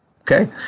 Okay